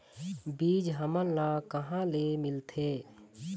बीज हमन ला कहां ले मिलथे?